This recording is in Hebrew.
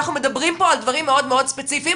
אנחנו מדברים פה על דברים מאוד מאוד ספציפיים